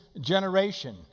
generation